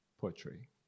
poetry